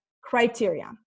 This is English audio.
criteria